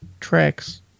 tracks